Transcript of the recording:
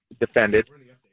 defended